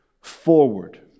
forward